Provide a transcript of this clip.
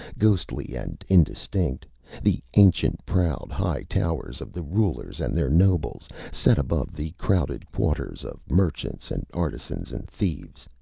ghostly and indistinct the ancient, proud high towers of the rulers and their nobles, set above the crowded quarters of merchants and artisans and thieves.